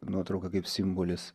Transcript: nuotrauka kaip simbolis